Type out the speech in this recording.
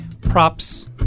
props